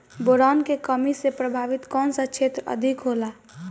Boron के कमी से प्रभावित कौन सा क्षेत्र अधिक होला?